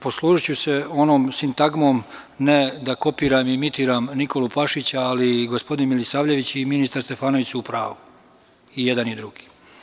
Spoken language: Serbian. Poslužiću se onom sintagmom, ne da kopiram i imitiram Nikolu Pašića, ali i gospodin Milisavljević i ministar Stefanović su u pravu, i jedan i drugi.